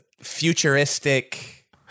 futuristic